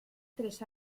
tres